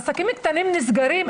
עסקים קטנים נסגרים,